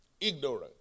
ignorant